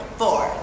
four